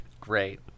Great